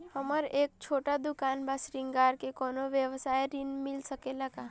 हमर एक छोटा दुकान बा श्रृंगार के कौनो व्यवसाय ऋण मिल सके ला?